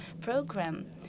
program